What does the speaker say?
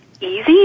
easy